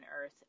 earth